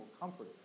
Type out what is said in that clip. comfort